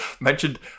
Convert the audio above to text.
Mentioned